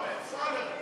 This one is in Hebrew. אמסלם,